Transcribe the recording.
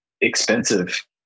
expensive